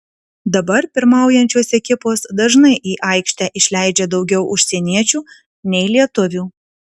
dabar pirmaujančios ekipos dažnai į aikštę išleidžia daugiau užsieniečių nei lietuvių